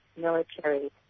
military